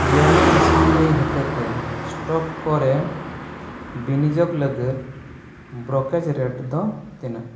YONO S B I ᱦᱚᱛᱮ ᱛᱮ stock ᱠᱚᱨᱮ ᱵᱤᱱᱤᱡᱳᱜᱽ ᱞᱟᱹᱜᱤᱫ ᱵᱨᱳᱠᱮᱹᱡᱽ ᱨᱮᱹᱴ ᱫᱚ ᱛᱤᱱᱟᱹᱜ